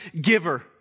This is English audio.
giver